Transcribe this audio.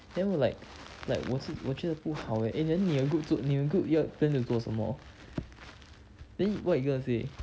then 我 like like 我是我觉得不好 eh then 你的 group 做你的 group 要 plan to 做什么 then what you gonna say